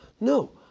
No